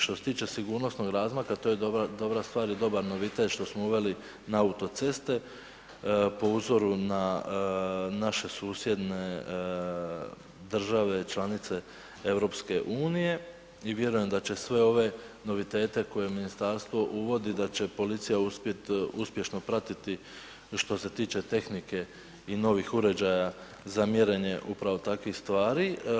Što se tiče sigurnosnog razmaka, to je dobra stvar i dobar novitet što smo uveli na autoceste po uzoru na naše susjedne države članice Europske unije, i vjerujem da će sve ove novitete koje Ministarstvo uvodi, da će policija uspjet uspješno pratiti što se tiče tehnike i novih uređaja za mjerenje upravo takvih stvari.